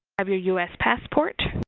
have your u s. passport,